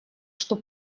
что